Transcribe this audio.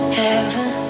heaven